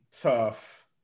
tough